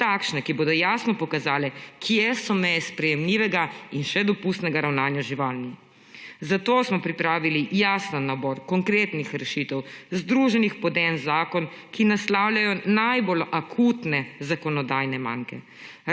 Takšne, ki bodo jasno pokazale, kje so meje sprejemljivega in še dopustnega ravnanja z živalmi. Zato smo pripravili jasen nabor konkretnih rešitev, združenih pod en zakon, ki naslavljajo najbolj akutne zakonodajne manke.